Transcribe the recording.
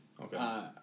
Okay